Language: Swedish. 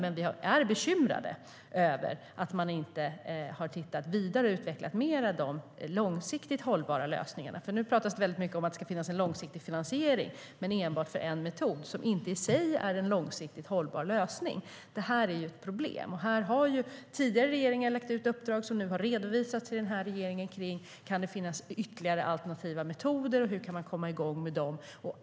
Men vi är bekymrade över att man inte har tittat vidare på och utvecklat de långsiktigt hållbara lösningarna. Nu pratas det mycket om att det ska finnas långsiktig finansiering, men enbart för en metod som inte i sig är en långsiktigt hållbar lösning. Det är ett problem. Tidigare regeringar har lagt ut uppdrag som nu har redovisats för den här regeringen om det kan finnas ytterligare alternativa metoder och hur man kan komma igång med dem.